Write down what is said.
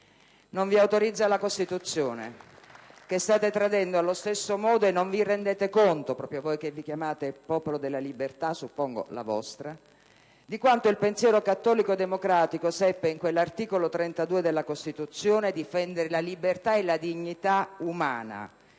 Non vi autorizza la Costituzione, che state tradendo allo stesso modo e non vi rendete conto, proprio voi che vi chiamate Popolo della Libertà (immagino la vostra), di quanto il pensiero cattolico democratico in quell'articolo 32 della Costituzione seppe difendere la libertà e la dignità umana,